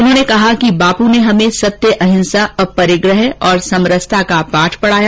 उन्होंने कहा कि बापू ने हमें सत्य अहिंसा अपरिग्रह और समरसता का पाठ पढाया